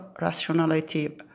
rationality